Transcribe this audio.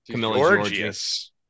Gorgeous